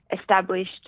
established